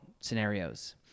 scenarios